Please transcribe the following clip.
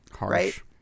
right